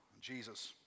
Jesus